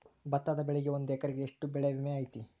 ಭತ್ತದ ಬೆಳಿಗೆ ಒಂದು ಎಕರೆಗೆ ಎಷ್ಟ ಬೆಳೆ ವಿಮೆ ಐತಿ?